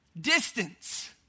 Distance